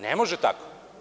Ne može tako.